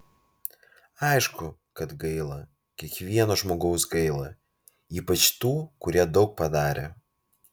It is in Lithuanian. aišku kad gaila kiekvieno žmogaus gaila ypač tų kurie daug padarė